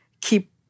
keep